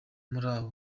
muraho